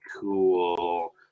cool